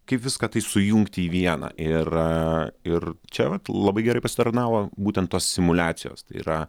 kaip viską tai sujungti į vieną ir ir čia vat labai gerai pasitarnavo būtent tos simuliacijos tai yra